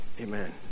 amen